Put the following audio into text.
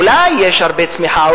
אולי יש הרבה צמיחה,